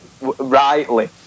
rightly